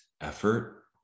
effort